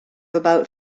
about